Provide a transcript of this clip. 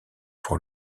pour